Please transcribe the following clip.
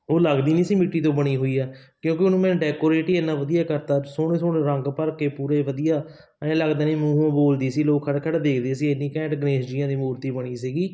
ਉਹ ਲੱਗਦੀ ਨਹੀਂ ਸੀ ਮਿੱਟੀ ਤੋਂ ਬਣੀ ਹੋਈ ਆ ਕਿਉਂਕਿ ਉਹਨੂੰ ਮੈਂ ਡੈਕੋਰੇਟ ਹੀ ਇੰਨਾ ਵਧੀਆ ਕਰਤਾ ਸੋਹਣੇ ਸੋਹਣੇ ਰੰਗ ਭਰ ਕੇ ਪੂਰੇ ਵਧੀਆ ਐਂ ਲੱਗਦੇ ਵੀ ਮੂੰਹੋਂ ਬੋਲਦੀ ਸੀ ਲੋਕ ਖੜ੍ਹ ਖੜ੍ਹ ਦੇਖਦੇ ਸੀ ਇੰਨੀ ਘੈਂਟ ਗਣੇਸ਼ ਜੀਆਂ ਦੀ ਮੂਰਤੀ ਬਣੀ ਸੀਗੀ